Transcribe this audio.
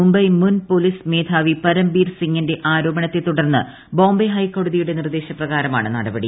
മുംബൈ മുൻ പോലീസ് മേധാവി പരംബീർ സിങ്ങിന്റെ ആരോപണത്തെ തുടർന്ന് ബോംബെ ഹൈക്കോടത്തിയുടെ നിർദ്ദേശപ്രകാരമാണ് നടപടി